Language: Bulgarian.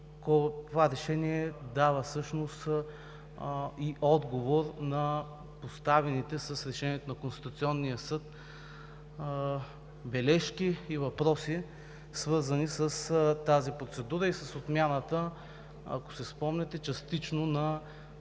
Това решение всъщност дава и отговор на поставените с Решението на Конституционния съд бележки и въпроси, свързани с тази процедура и с отмяната, ако си спомняте, частично на